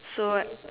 so